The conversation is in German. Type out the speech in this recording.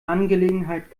angelegenheit